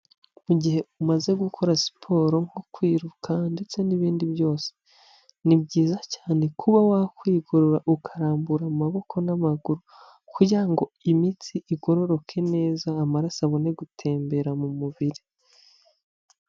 Mu gihe umaze gukora siporo nko kwiruka ndetse n'ibindi byose, ni byiza cyane kuba wakwigorora ukarambura amaboko n'amaguru, kugira ngo imitsi igororoke neza amaraso abone gutembera mu mubiri.